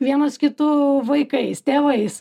vienos kitų vaikais tėvais